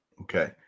Okay